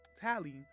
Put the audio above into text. tally